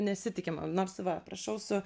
nesitikima nors va prašau su